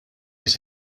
his